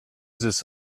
this